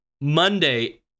Monday